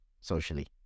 socially